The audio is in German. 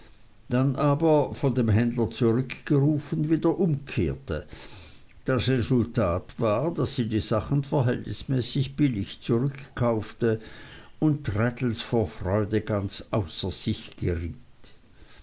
dann aber von dem händler zurückgerufen wieder umkehrte das resultat war daß sie die sachen verhältnismäßig billig zurückkaufte und traddles vor freude ganz außer sich geriet